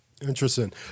Interesting